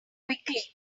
quickly